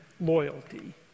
loyalty